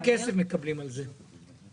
כמה כסף מקבלים על זה?